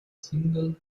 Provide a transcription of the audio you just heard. single